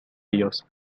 ellos